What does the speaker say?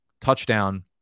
touchdown